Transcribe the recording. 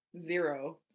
zero